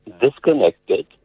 disconnected